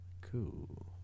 cool